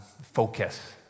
focus